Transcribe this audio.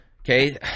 Okay